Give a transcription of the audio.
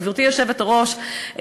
גברתי היושבת-ראש,